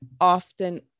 often